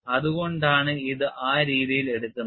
അതുകൊണ്ടാണ് ഇത് ആ രീതിയിൽ എടുക്കുന്നത്